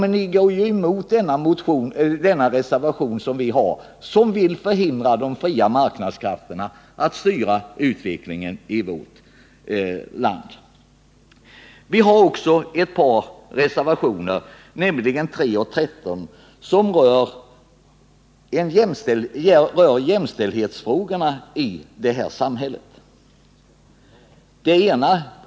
Ni går emot den reservation vi avgivit om åtgärder för att de fria marknadskrafterna skall förhindras att styra utvecklingen i vårt land. Vi har också ett par reservationer — nr 3 och nr 13 — som rör jämställdhetsfrågorna i samhället.